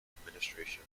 administration